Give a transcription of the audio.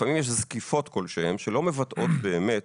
לפעמים יש זקיפות כלשהו שלא מבטאות באמת